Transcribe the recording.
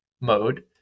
mode